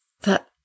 That